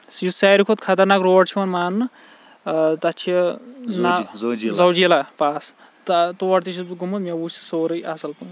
یُس سٲروٕے کھۄتہٕ خَطرناک روڈ چھِ یِوان ماننہ تَتھ چھِ زوجی زوجیلا پاس تَتھ تور چھُس بہٕ گوٚمُت مےٚ وُچھ سُہ سورٕے اَصٕل پٲٹھۍ